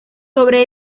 sobre